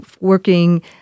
working